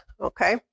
okay